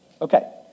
Okay